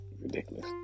Ridiculous